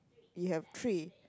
you have three